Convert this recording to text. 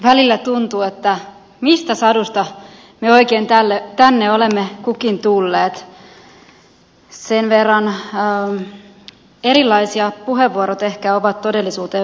välillä tuntuu että mistä sadusta me oikein tänne olemme kukin tulleet sen verran erilaisia puheenvuorot ehkä ovat todellisuuteen verrattuna